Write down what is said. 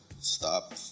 stop